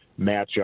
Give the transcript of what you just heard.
matchup